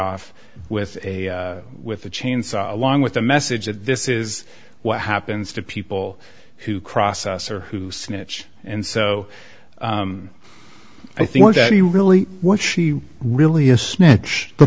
off with a with a chainsaw along with the message that this is what happens to people who cross us or who snitch and so i think that he really what she really a snitch the